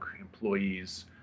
employees